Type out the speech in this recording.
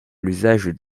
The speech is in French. l’usage